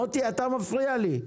מוטי אתה מפריע לי.